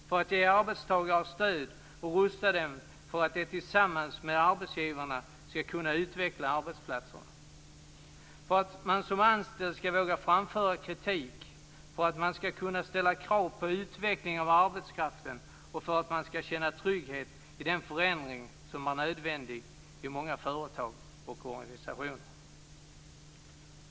För att ge arbetstagare stöd och rusta dem för att de tillsammans med arbetsgivaren skall kunna utveckla arbetsplatserna, för att man som anställd skall våga framföra kritik, för att man skall kunna ställa krav på utveckling av arbetskraften och för att man skall känna trygghet i den förändring som är nödvändig i många företag och organisationer.